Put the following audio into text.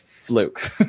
fluke